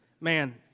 Man